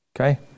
Okay